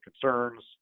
concerns